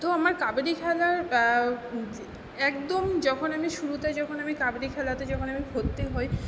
তো আমার কাবাডি খেলার একদম যখন আমি শুরুতে যখন আমি কাবাডি খেলাতে যখন আমি ভর্তি হই